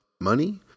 Money